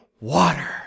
Water